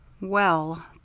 Well